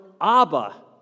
Abba